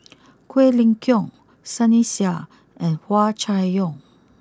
Quek Ling Kiong Sunny Sia and Hua Chai Yong